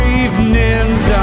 evenings